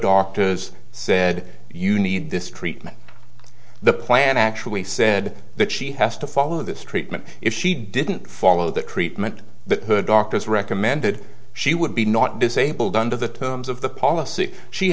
doctors said you need this treatment the plan actually said that she has to follow this treatment if she didn't follow the treatment that her doctors recommended she would be not disabled under the terms of the policy she